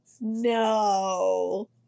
No